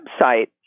website